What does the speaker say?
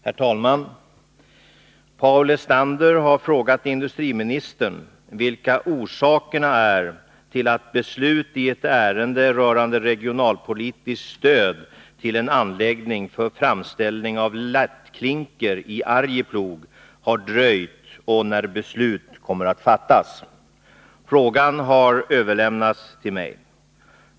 Herr talman! Paul Lestander har frågat industriministern vilka orsakerna är till att beslut i ett ärende rörande regionalpolitiskt stöd till en anläggning för framställning av lättklinker i Arjeplog har dröjt, och när beslut kommer att fattas. Frågan har överlämnats till mig.